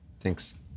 Thanks